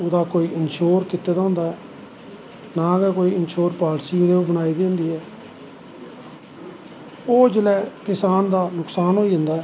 उंदा कोई इंशोर कीते दा होंदा ऐ नां गै कोई इंशोर पालिसी उंदे पर बनाई दी होंदी ऐ ओह् जिसलै किसान दा नुक्सान होई जंदा ऐ